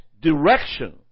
direction